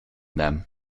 them